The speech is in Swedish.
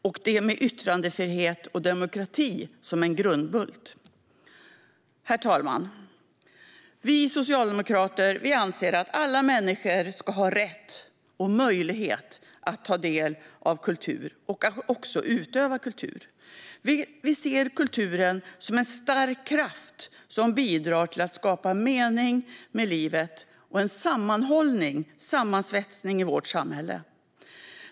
Det sker med yttrandefrihet och demokrati som grundbult. Herr talman! Vi socialdemokrater anser att alla människor ska ha rätt och möjlighet att ta del av kultur och att också utöva kultur. Vi ser kulturen som en stark kraft som bidrar till att skapa mening med livet och en sammanhållning - sammansvetsning - i vårt samhälle.